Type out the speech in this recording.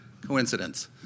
coincidence